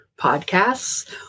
podcasts